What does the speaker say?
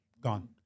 gone